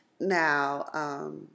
Now